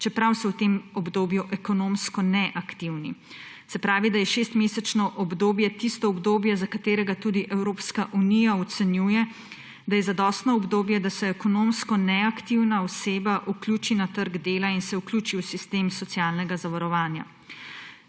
čeprav so v tem obdobju ekonomsko neaktivni. Se pravi, da je šestmesečno obdobje tisto obdobje, za katerega tudi Evropska unija ocenjuje, da je zadostno obdobje, da se ekonomsko neaktivna oseba vključi na trg dela in se vključi v sistem socialnega zavarovanja.